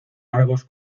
argos